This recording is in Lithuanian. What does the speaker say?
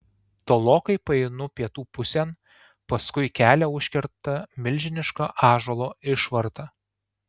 tolokai paeinu pietų pusėn paskui kelią užkerta milžiniška ąžuolo išvarta